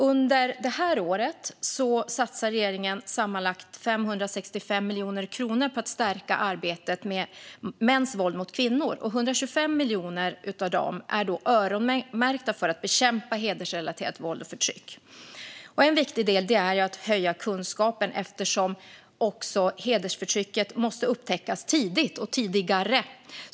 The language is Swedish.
Under det här året satsar regeringen sammanlagt 565 miljoner kronor på att stärka arbetet mot mäns våld mot kvinnor. 125 miljoner av dem är öronmärkta för att bekämpa hedersrelaterat våld och förtryck. En viktig del är att höja kunskapen eftersom hedersförtrycket måste upptäckas tidigt och tidigare.